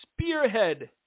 spearhead